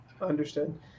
understood